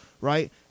right